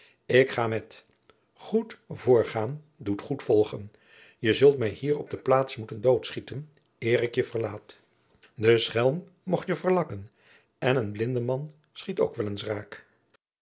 ik ga met goed voorgaan doet goed volgen je zult mij hier op de plaats moeten doodschieten eer ik je verlaat die schelm mocht je verlakken en een blindeman schiet ook wel eens raak